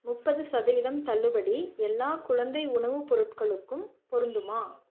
முப்பது சதவீதம் தள்ளுபடி எல்லா குழந்தை உணவு பொருட்களுக்கும் பொருந்துமா